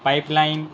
pipeline